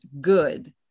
good